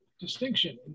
distinction